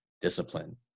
discipline